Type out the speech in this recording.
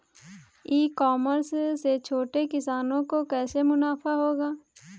ई commerce से छोटे किसानों को कैसे मुनाफा होगा?